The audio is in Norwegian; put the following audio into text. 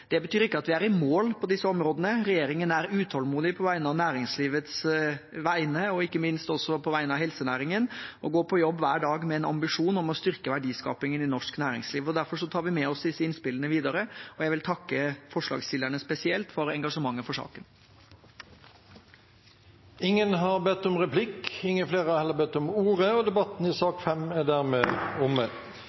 Det betyr ikke at vi er i mål på disse områdene. Regjeringen er utålmodig på næringslivets vegne, ikke minst også på vegne av helsenæringen, og går på jobb hver dag med en ambisjon om å styrke verdiskapingen i norsk næringsliv. Derfor så tar vi med oss disse innspillene videre, og jeg vil takke forslagsstillerne spesielt for engasjementet for saken. Replikkordskiftet er omme. Flere har heller ikke bedt om ordet til sak nr. 5. Etter ønske fra energi- og miljøkomiteen vil presidenten ordne debatten